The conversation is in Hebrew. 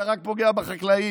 אתה רק פוגע בחקלאים,